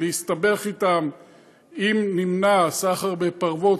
להסתבך אתם אם נמנע סחר בפרוות,